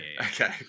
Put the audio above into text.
Okay